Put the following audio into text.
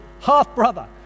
half-brother